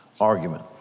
argument